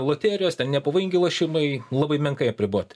loterijos ten nepavojingi lošimai labai menkai apriboti